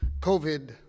COVID